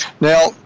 Now